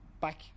back